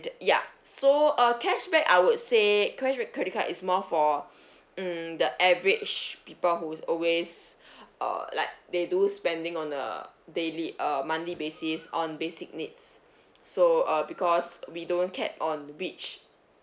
ya so uh cashback I would say cashback credit card is more for mm the average people who is always uh like they do spending on a daily a monthly basis on basic needs so uh because we don't cap on which